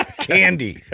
candy